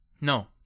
No